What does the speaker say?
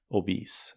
obese